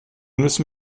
müssen